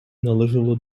належало